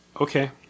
Okay